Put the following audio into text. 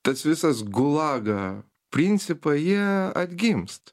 tas visas gulaga principai jie atgimst